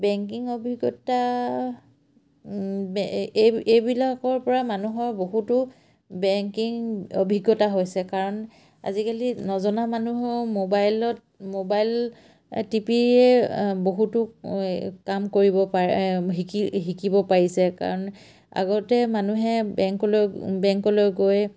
banking অভিজ্ঞতা এই এইবিলাকৰপৰা মানুহৰ বহুতো বেংকিং অভিজ্ঞতা হৈছে কাৰণ আজিকালি নজনা মানুহেও মোবাইলত মোবাইল টিপিয়ে বহুতো কাম কৰিব পাৰে শিকিব পাৰিছে কাৰণ আগতে মানুহে বেংকলৈ বেংকলৈ গৈ